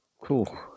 Cool